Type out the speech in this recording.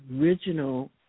original